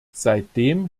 seitdem